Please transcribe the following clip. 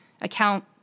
account